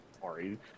Sorry